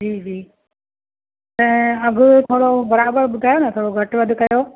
जी जी त अघु थोरो बराबरि ॿुधायो न थोरो घटि वधि कयो